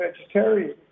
vegetarian